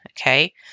Okay